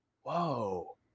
Whoa